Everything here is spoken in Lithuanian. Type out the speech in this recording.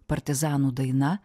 partizanų daina